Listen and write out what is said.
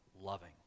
loving